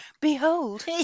Behold